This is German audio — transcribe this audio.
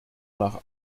nach